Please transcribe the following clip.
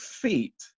feet